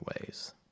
ways